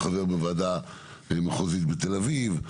חבר בוועדה מחוזית בתל אביב,